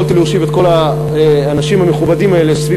יכולתי להושיב את כל האנשים המכובדים האלה סביב